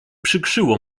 przykrzyło